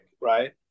right